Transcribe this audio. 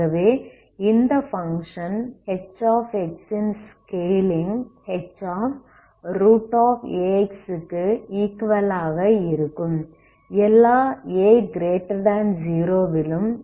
ஆகவே இந்த function H ன் ஸ்கேலிங் H க்கு ஈகுவல் ஆக இருக்கும் எல்லா a0 விலும்